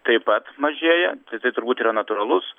taip pat mažėja tai tai turbūt yra natūralus